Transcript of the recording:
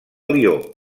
lió